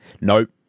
nope